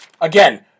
Again